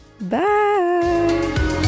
Bye